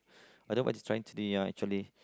but what's trying to do ah actually